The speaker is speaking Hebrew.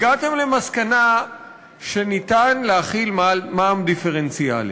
הגעתם למסקנה שאפשר להחיל מע"מ דיפרנציאלי.